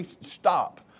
stop